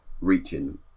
reaching